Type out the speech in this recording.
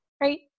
right